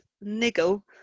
niggle